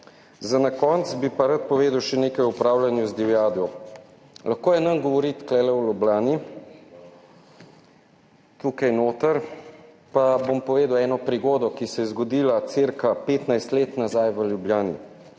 Za na koncu bi pa rad povedal še nekaj o upravljanju z divjadjo. Lahko je nam govoriti tule v Ljubljani, tukaj noter, pa bom povedal eno prigodo, ki se je zgodila cirka 15 let nazaj v Ljubljani.